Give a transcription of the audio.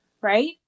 right